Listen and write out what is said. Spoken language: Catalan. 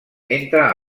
entre